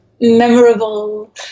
memorable